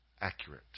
accurate